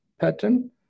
pattern